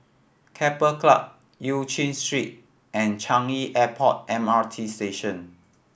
Keppel Club Eu Chin Street and Changi Airport M R T Station